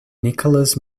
nicholas